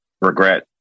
regret